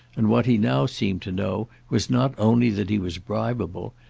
and what he now seemed to know was not only that he was bribeable,